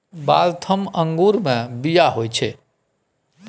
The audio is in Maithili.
वाल्थम अंगूरमे बीया होइत छै